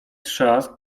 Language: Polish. trzask